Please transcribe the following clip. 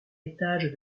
étage